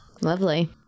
Lovely